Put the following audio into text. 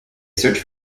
search